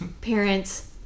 parents